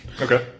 Okay